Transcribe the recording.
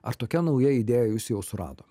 ar tokia nauja idėja jus jau surado